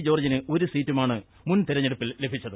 ജോർജിന് ഒരു സീറ്റുമാണ് മുൻ തെരഞ്ഞെടുപ്പിൽ ലഭിച്ചത്